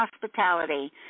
hospitality